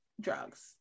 drugs